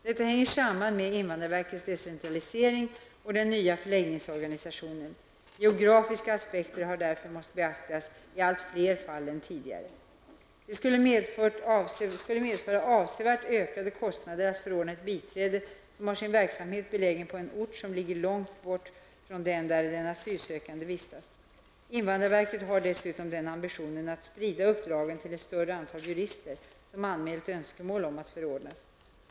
Detta hänger samman med invandrarverkets decentralisering och den nya förläggningsorganisationen. Geografiska aspekter har därför måst beaktas i allt fler fall än tidigare. Det skulle medföra avsevärt ökade kostnader att förordna ett biträde som har sin verksamhet belägen på en ort som ligger långt bort från den där den asylsökande vistas. Invandrarverket har dessutom ambitionen att sprida uppdragen till ett större antal jurister som anmält önskemål om att förordnas.